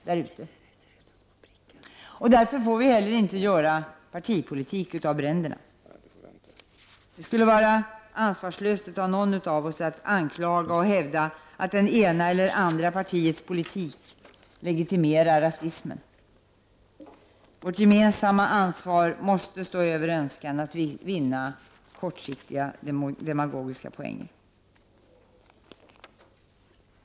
Vi får därför inte heller göra partipolitik av bränderna. Det skulle vara ansvarslöst av någon av oss att anklaga och hävda att det ena eller andra partiets politik legitimerar rasismen. Vårt gemensamma ansvar måste stå över önskan att vinna kortsiktiga demagogiska poäng.